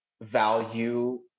value